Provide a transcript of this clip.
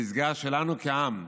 טיפוס לפסגה שלנו כעם,